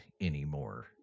anymore